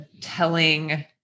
telling